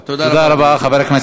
חבר הכנסת איימן עודה.